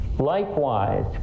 Likewise